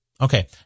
Okay